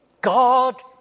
God